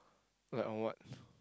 like on what